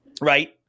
right